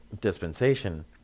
dispensation